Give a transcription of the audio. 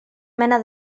mena